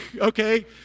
okay